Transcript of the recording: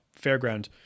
fairground